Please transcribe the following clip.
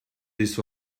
this